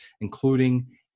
including